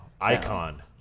Icon